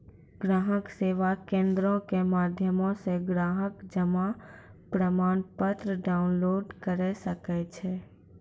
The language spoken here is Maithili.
ग्राहक सेवा केंद्रो के माध्यमो से ग्राहक जमा प्रमाणपत्र डाउनलोड करे सकै छै